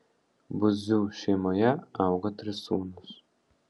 buzių šeimoje augo trys sūnūs